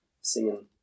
singing